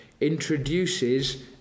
introduces